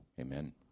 amen